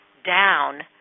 down